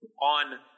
on